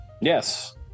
Yes